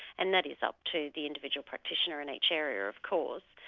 and that is up to the individual practitioner in each area, of course.